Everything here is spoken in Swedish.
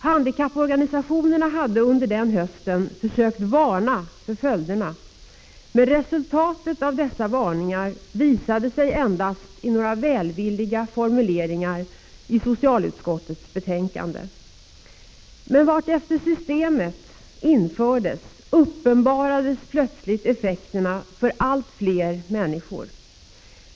Handikapporganisationerna hade under hösten försökt varna för följderna, men resultatet av dessa älvilliga formuleringar i socialutskottets varningar visade sig endast i några betänkande. Efter hand som systemet infördes uppenbarades plötsligt effekterna för allt fler människor.